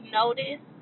notice